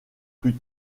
plus